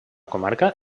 comarca